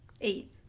eight